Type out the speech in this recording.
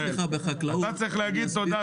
אתה צריך להגיד תודה,